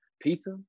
pizza